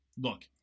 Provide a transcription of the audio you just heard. look